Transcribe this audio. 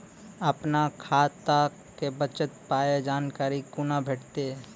अपन खाताक बचल पायक जानकारी कूना भेटतै?